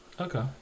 okay